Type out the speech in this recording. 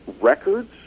records